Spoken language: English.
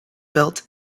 built